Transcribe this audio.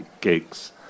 gigs